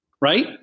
Right